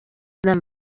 them